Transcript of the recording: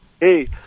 Hey